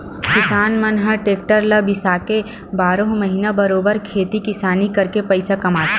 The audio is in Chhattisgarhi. किसान मन ह टेक्टर ल बिसाके बारहो महिना बरोबर खेती किसानी करके पइसा कमाथे